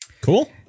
cool